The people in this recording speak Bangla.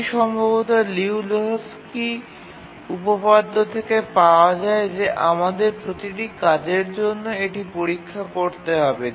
এটি সম্ভবত লিউ এবং লেহোকস্কি উপপাদ্য থেকে পাওয়া যায় যে আমাদের প্রতিটি কাজের জন্য এটি পরীক্ষা করতে হবে